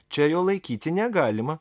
čia jo laikyti negalima